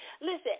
Listen